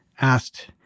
asked